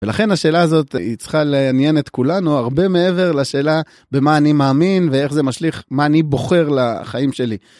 ולכן השאלה הזאת היא צריכה לעניין את כולנו הרבה מעבר לשאלה במה אני מאמין ואיך זה משליך מה אני בוחר לחיים שלי.